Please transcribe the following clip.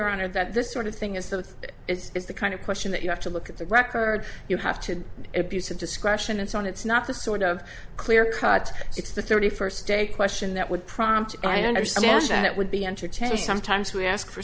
your honor that this sort of thing is that it is the kind of question that you have to look at the record you have to abuse of discretion and so on it's not the sort of clear cut it's the thirty first day question that would prompt i understand that it would be entertaining sometimes to ask for